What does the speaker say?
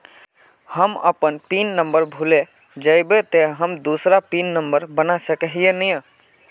हम अपन PIN number भूल जयबे ते हम दूसरा पिन नंबर बना सके है नय?